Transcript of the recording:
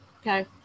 Okay